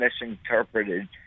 misinterpreted